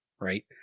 right